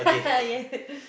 yes